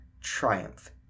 triumph